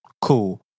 cool